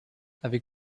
avait